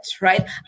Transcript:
right